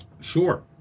sure